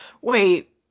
Wait